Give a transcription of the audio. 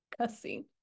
cussing